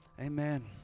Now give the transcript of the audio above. amen